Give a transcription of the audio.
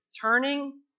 turning